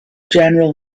general